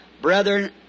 Brethren